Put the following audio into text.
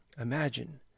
Imagine